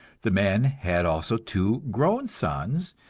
the man had also two grown sons,